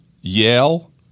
Yale